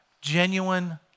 genuine